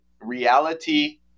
reality